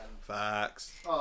facts